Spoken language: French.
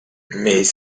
mais